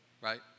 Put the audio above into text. right